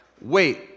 Wait